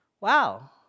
Wow